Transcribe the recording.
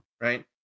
Right